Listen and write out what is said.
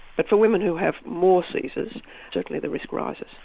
but for women who have more caesars certainly the risk rises.